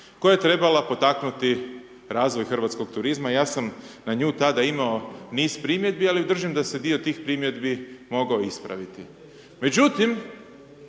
koja je trebala potaknuti razvoj hrvatskog turizma, ja sam na nju tada imao niz primjedbi, ali ju držim, da se dio tih primjedbi mogao ispraviti. Međutim,